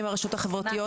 עם הרשות החברתיות.